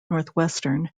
northwestern